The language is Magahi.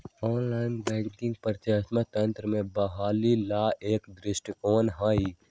एनालॉग वानिकी पारिस्थितिकी तंत्र के बहाली ला एक दृष्टिकोण हई